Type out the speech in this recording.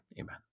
Amen